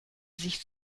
sich